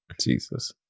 Jesus